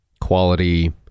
quality